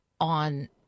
on